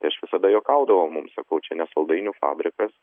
tai aš visada juokaudavau mum sakau čia ne saldainių fabrikas